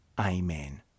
Amen